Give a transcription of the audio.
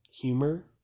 humor